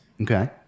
Okay